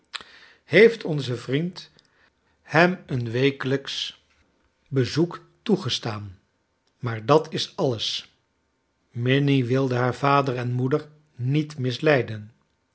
heeft kleine dorrit onze vriend hem een wekelijksch bezoek toegestaan maar dat is alles minnie wilde haar vader en moeder niet misleiden